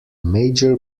major